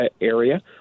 area